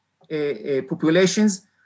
populations